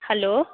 hello